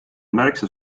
märksa